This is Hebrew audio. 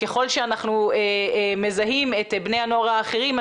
ככל שאנחנו מזהים את בני הנוער האחרים,